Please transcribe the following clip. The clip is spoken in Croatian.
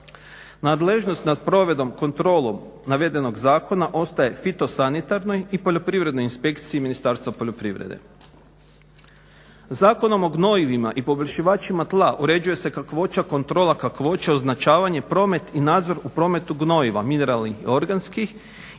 Nadležnost nad provedbom, kontrolom navedenog zakona ostaje Fitosanitarnoj i poljoprivrednoj inspekciji Ministarstva poljoprivrede. Zakonom o gnojivima i poboljšivačima tla uređuje se kakvoća, kontrola kakvoće, označavanje promet i nadzor u prometu gnojiva mineralnih i organskih